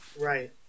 Right